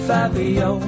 Fabio